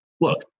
Look